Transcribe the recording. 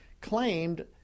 claimed